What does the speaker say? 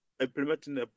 implementing